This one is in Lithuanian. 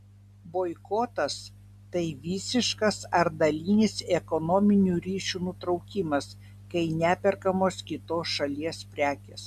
boikotas tai visiškas ar dalinis ekonominių ryšių nutraukimas kai neperkamos kitos šalies prekės